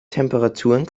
temperaturen